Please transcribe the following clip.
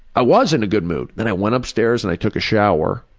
i was in a good mood. and i went upstairs and i took a shower.